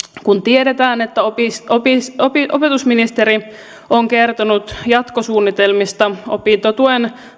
kun tiedetään että opetusministeri on kertonut jatkosuunnitelmista opintotuen